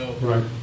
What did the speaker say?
Right